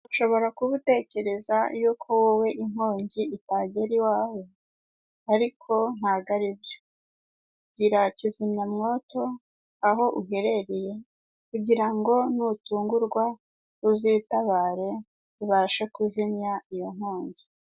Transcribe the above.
Ushobora kuba utekereza y'uko wowe inkongi itagera iwawe ariko ntabwo ari byo, gira kizimyamoto aho uherereye kugira ngo nutungurwa uzitabare ubashe kuzimya iyo nkongi.